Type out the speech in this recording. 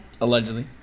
Allegedly